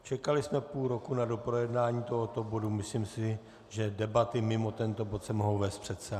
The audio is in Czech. Čekali jsme půl roku na doprojednání tohoto bodu, myslím si, že debaty mimo tento bod se mohou vést v předsálí.